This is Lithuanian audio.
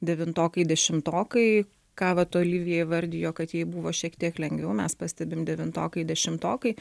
devintokai dešimtokai ką vat olivija įvardijo kad jai buvo šiek tiek lengviau mes pastebim devintokai dešimtokai